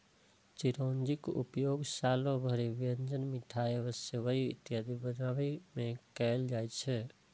चिरौंजीक उपयोग सालो भरि व्यंजन, मिठाइ आ सेवइ इत्यादि बनाबै मे कैल जाइ छै